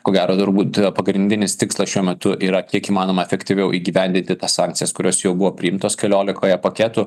ko gero turbūt pagrindinis tikslas šiuo metu yra kiek įmanoma efektyviau įgyvendinti tas sankcijas kurios jau buvo priimtos keliolikoje paketų